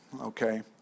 okay